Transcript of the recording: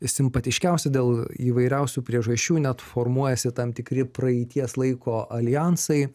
simpatiškiausia dėl įvairiausių priežasčių net formuojasi tam tikri praeities laiko aljansai